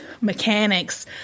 mechanics